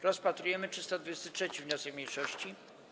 Rozpatrujemy 323. wniosek mniejszości.